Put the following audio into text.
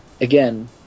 again